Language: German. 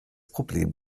problem